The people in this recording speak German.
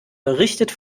berichtet